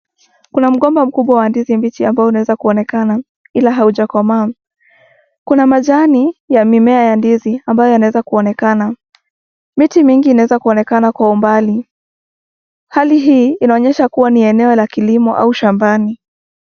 Kuna mgomba mkubwa wa ndizi ambao unaweza kuonekana haujakomaa. Kuna majani ya mimea ya ndizi ambayo yanaweza kuonekana. Miti mingi inaweza kuonekana kwa umbali, hali hii inaonyesha kuwa ni eneo la kilimo au shambani.